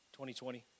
2020